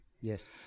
Yes